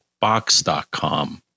box.com